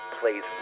Please